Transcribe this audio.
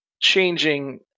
changing